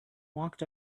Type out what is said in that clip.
walked